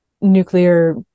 nuclear